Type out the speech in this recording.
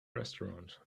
restaurant